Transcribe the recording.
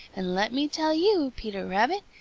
and let me tell you, peter rabbit,